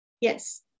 Yes